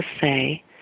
say